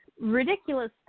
ridiculous